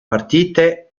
partite